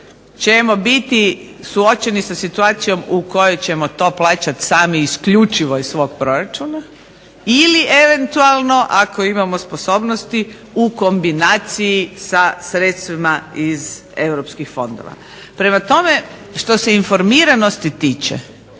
ćemo biti suočeni sa situacijom u kojoj ćemo to plaćati sami isključivo iz svog proračuna ili eventualno ako imamo sposobnosti u kombinaciji sa sredstvima iz europskih fondova. Prema tome što se informiranosti tiče